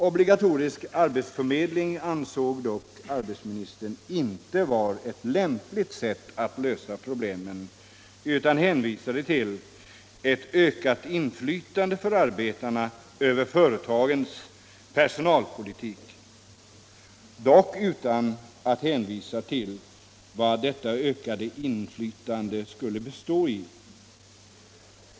Obligatorisk arbets förmedling ansåg dock arbetsmarknadsministern inte vara ett lämpligt sätt att lösa problemen på utan hänvisade till ett ökat inflytande för arbetarna över företagens personalpolitik — dock utan att tala om vad detta ökade inflytande skulle bestå i.